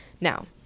Now